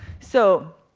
so,